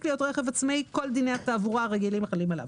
להיות רכב עצמאי וכל דיני התעבורה הרגילים חלים עליו.